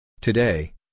Today